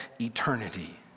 eternity